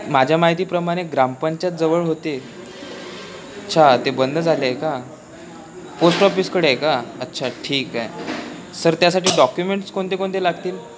माझ्या माहितीप्रमाणे ग्रामपंचायत जवळ होते अच्छा ते बंद झालेआहे का पोस्ट ऑफिसकडे आहे का अच्छा ठीक आहे सर त्यासाठी डॉक्युमेंट्स कोणते कोणते लागतील